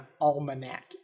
almanac